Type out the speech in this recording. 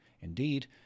Indeed